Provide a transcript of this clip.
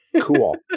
Cool